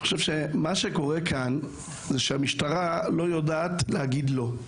אני חושב שמה שקורה כאן זה שהמשטרה לא יודעת להגיד לא.